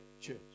Church